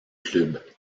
club